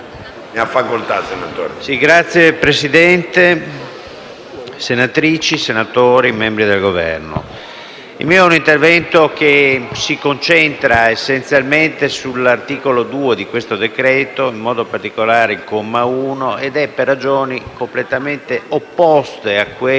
Signor Presidente, senatrici e senatori, membri del Governo, il mio intervento si concentra essenzialmente sull'articolo 2 di questo decreto-legge, in modo particolare sul comma 1, per ragioni completamente opposte a quelle